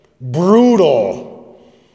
brutal